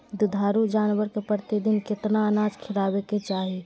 दुधारू जानवर के प्रतिदिन कितना अनाज खिलावे के चाही?